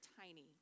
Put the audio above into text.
tiny